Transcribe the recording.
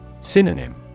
Synonym